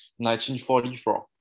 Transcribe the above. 1944